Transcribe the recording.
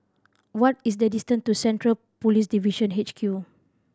what is the distant e to Central Police Division H Q